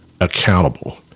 accountable